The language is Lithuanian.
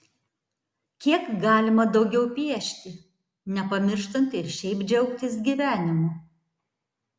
kiek galima daugiau piešti nepamirštant ir šiaip džiaugtis gyvenimu